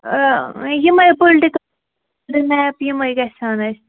یِمَے پُلٹہِ میپ یِمَے گَژھِ ہن اَسہِ